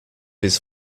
his